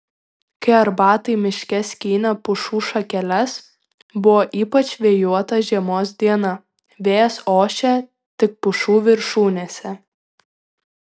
kai arbatai miške skynė pušų šakeles buvo ypač vėjuota žiemos diena vėjas ošė tik pušų viršūnėse